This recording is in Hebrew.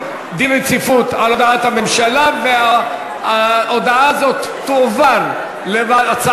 הודעת הממשלה על רצונה להחיל דין רציפות על